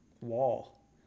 wall